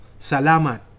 salamat